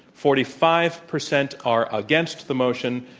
forty five percent are against the motion,